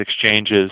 exchanges